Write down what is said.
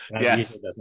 Yes